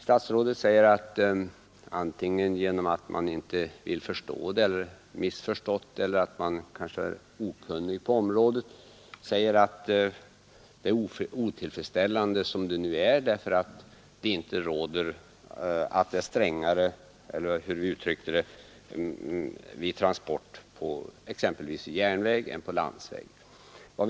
Statsrådet anförde att när man påstår att de föreslagna åtgärderna är otillfredsställande, därför att föreskrifterna för transport på järnväg är strängare än för transport på landsväg, så beror det antingen på missförstånd eller okunnighet — eller också vill man inte förstå dessa frågor.